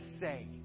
say